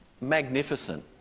magnificent